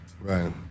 Right